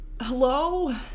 Hello